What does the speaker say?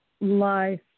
life